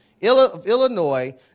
Illinois